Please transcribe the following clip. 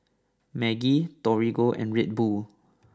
Maggi Torigo and Red Bull